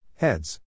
Heads